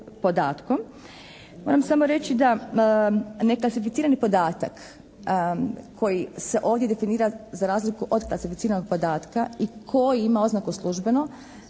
Moram samo reći da neklasificirani podatak koji se ovdje definira za razliku od klasificiranog podatka i koji ima oznaku službeno